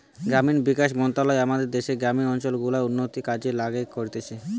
গ্রামীণ বিকাশ মন্ত্রণালয় আমাদের দ্যাশের গ্রামীণ অঞ্চল গুলার উন্নতির লিগে কাজ করতিছে